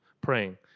praying